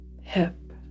hip